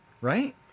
Right